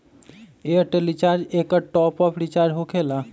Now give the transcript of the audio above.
Airtel recharge एकर top off recharge होकेला?